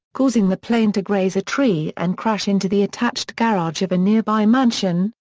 causing the plane to graze a tree and crash into the attached garage of a nearby mansion,